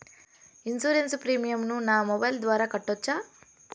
Insurance premium ను నా mobile ద్వారా కట్టొచ్చా?